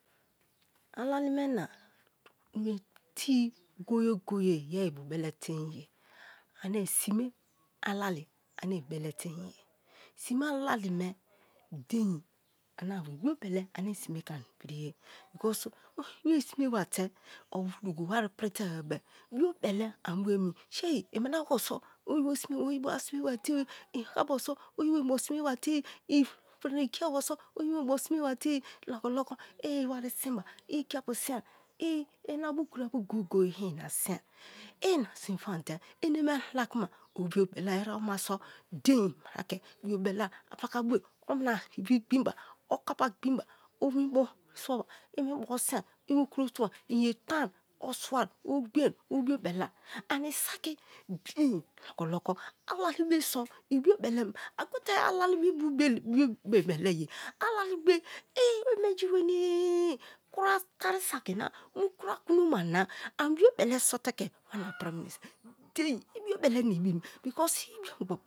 Alali me na tēe goye-goye me ibubele tein ye ane sime alali ane ibele tein ye sime alali me dein ana ni biobele ane sime te ke ani priye oyibo be i sime bate o mu dogo wari prite bebee birbele anibo oni, shei iminabo so oyibo asime ba te-o, i kiabo so oyibo inbo sime ba te lokoloko iwari sinba i ikiapu sin ba ina bu kura apu goge-e j ina sin, i ina sin kuma eneme la kuna dein a ke biobelai apaka bidi o kapu gbinba, i mu woko swai i okro gbin ba, i ye toma o swai o gbin obio belai ani saki piki lokoloko onorime so i biobelem a gote ovalibe biobeleye alalibe i menji weniii̱ kura toru saki na kura kuno nia na ami bio bele so te ke wana prim mineso dein obio bele na ibi because i yen ogbo.